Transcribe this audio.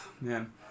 man